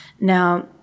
Now